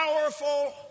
powerful